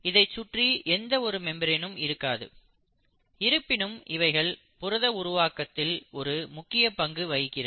இதைச் சுற்றி எந்த ஒரு மெம்பிரெனும் இருக்காது இருப்பினும் இவைகள் புரத உருவாக்கத்தில் ஒரு முக்கிய பங்கு வகிக்கிறது